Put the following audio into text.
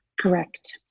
Correct